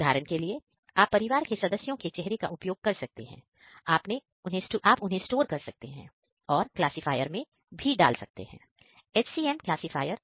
उदाहरण के लिए आप परिवार के सदस्यों के चेहरे का उपयोग कर सकते हैं आपने उन्हेंस्टोर सकते हैं और क्लासीफायर मैं डाल सकते हैं HCM क्लासीफायर